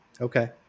Okay